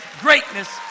greatness